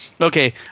Okay